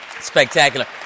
spectacular